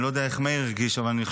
אני לא יודע איך מאיר הרגיש,